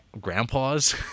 grandpas